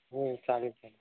हो चालेल चालेल